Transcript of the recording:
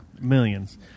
Millions